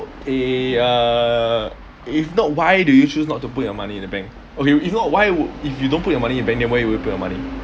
eh uh if not why do you choose not to put your money in the bank okay if not why would if you don't put your money in the bank then where would you put your money